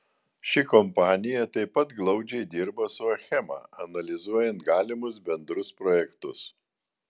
ši kompanija taip pat glaudžiai dirba su achema analizuojant galimus bendrus projektus